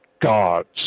gods